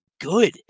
Good